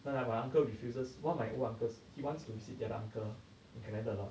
ya like my uncle refuses one of my old uncles he wants to visit that uncle in Canada lah